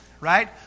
right